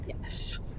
Yes